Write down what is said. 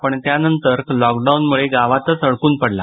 पण त्यानंतर लॉकडाउनमुळे गावातच अडकून पडला